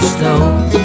Stone